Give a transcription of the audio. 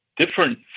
different